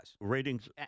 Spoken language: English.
Ratings